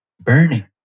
burning